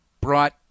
brought